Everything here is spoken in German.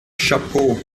chapeau